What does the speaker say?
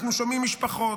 אנחנו שומעים משפחות,